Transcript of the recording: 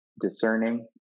discerning